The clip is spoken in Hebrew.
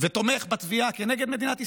ותומך בתביעה כנגד מדינת ישראל,